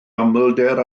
amlder